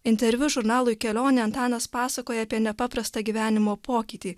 interviu žurnalui kelionė antanas pasakoja apie nepaprastą gyvenimo pokytį